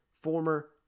former